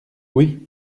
oui